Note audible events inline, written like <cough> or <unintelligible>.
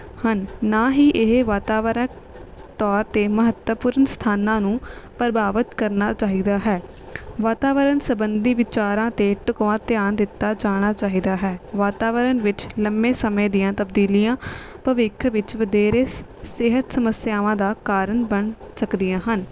ਹਨ ਨਾ ਹੀ ਇਹ ਵਾਤਾਵਰਨ ਤੌਰ 'ਤੇ ਮਹੱਤਵਪੂਰਨ ਸਥਾਨਾਂ ਨੂੰ ਪ੍ਰਭਾਵਿਤ ਕਰਨਾ ਚਾਹੀਦਾ ਹੈ ਵਾਤਾਵਰਨ ਸੰਬੰਧੀ ਵਿਚਾਰਾਂ 'ਤੇ ਢੁੱਕਵਾਂ ਧਿਆਨ ਦਿੱਤਾ ਜਾਣਾ ਚਾਹੀਦਾ ਹੈ ਵਾਤਾਵਰਨ ਵਿੱਚ ਲੰਮੇ ਸਮੇਂ ਦੀਆਂ ਤਬਦੀਲੀਆਂ ਭਵਿੱਖ ਵਿੱਚ ਵਧੇਰੇ <unintelligible> ਸਿਹਤ ਸਮੱਸਿਆਵਾਂ ਦਾ ਕਾਰਨ ਬਣ ਸਕਦੀਆਂ ਹਨ